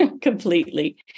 completely